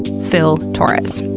phil torres.